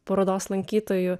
parodos lankytojų